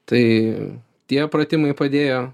tai tie pratimai padėjo